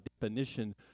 definition